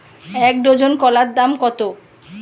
এক ডজন কলার দাম কত?